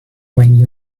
when